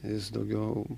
jis daugiau